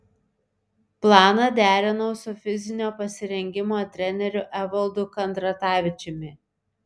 planą derinau su fizinio pasirengimo treneriu evaldu kandratavičiumi